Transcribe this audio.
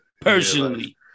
Personally